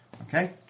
Okay